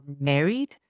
married